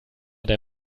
der